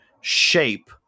shape